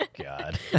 god